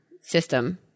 system